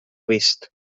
vist